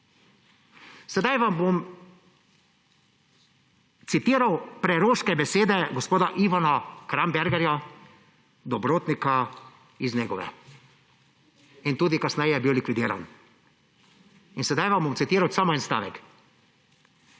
Sedaj vam bom citiral preroške besede gospoda Ivana Krambergerja, dobrotnika iz Negove, kasneje je bil likvidiran. Sedaj vam bom citiral samo en stavek,